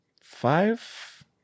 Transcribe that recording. five